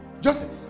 Joseph